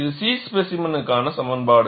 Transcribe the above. இது C ஸ்பேசிமெனுக்கான சமன்பாடு